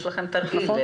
יש לכם תרגיל,